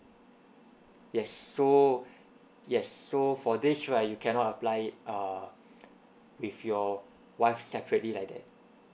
yes so yes so for this right you cannot apply it err with your wife separately like that